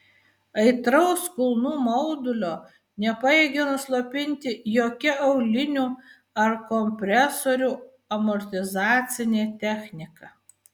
aitraus kulnų maudulio nepajėgė nuslopinti jokia aulinių ar kompresorių amortizacinė technika